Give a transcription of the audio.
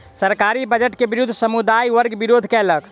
सरकारी बजट के विरुद्ध समुदाय वर्ग विरोध केलक